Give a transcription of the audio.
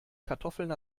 kartoffeln